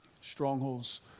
strongholds